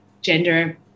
gender